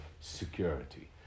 security